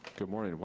good morning,